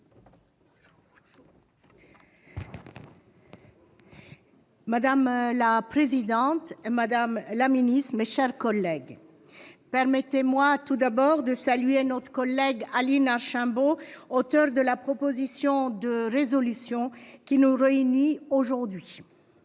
Madame la présidente, madame la ministre, mes chers collègues, permettez-moi tout d'abord de saluer notre collègue Aline Archimbaud, auteur de la proposition de résolution qui nous réunit aujourd'hui.